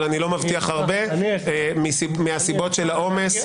אבל אני לא מבטיח הרבה מהסיבות של העומס.